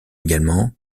également